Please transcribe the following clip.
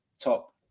top